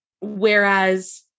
Whereas